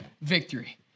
victory